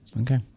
Okay